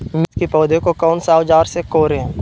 मिर्च की पौधे को कौन सा औजार से कोरे?